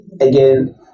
again